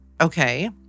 okay